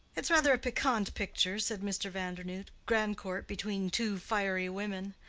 it's rather a piquant picture, said mr. vandernoodt grandcourt between two fiery women.